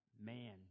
man